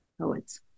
poets